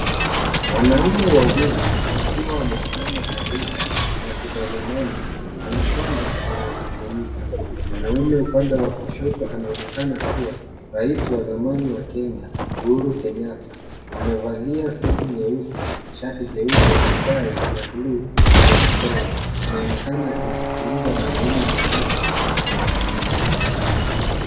Wanaume wawili wakiwa wamesimama karibu na kutazamana kana kwamba wanazungumza. Mwanaume upande wa kushoto anaonekana kuwa rais wa zamani wa kenya Uhuru kenyatta. Amevalia suti nyeusi, shati jeupe na tai ya bluu yenye michoro. Anaonekana akimsikiliza mwenzake kwa makini.